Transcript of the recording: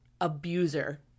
abuser